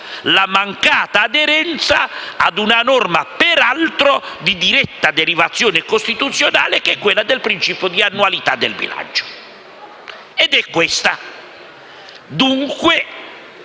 la mancata aderenza a una norma, peraltro, di diretta derivazione costituzionale, che è quella del principio di annualità del bilancio. Ed è questa. Dunque,